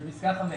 בפסקה (5)